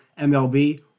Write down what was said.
MLB